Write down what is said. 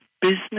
business